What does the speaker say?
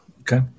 Okay